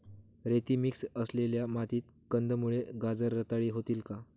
रेती मिक्स असलेल्या मातीत कंदमुळे, गाजर रताळी होतील का?